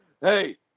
hey